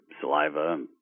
saliva